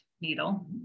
needle